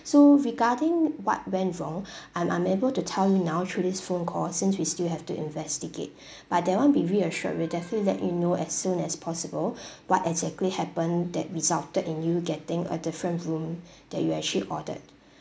so regarding what went wrong I'm unable to tell you now through this phone call since we still have to investigate but that [one] be reassured we'll definitely let you know as soon as possible what exactly happened that resulted in you getting a different room that you actually ordered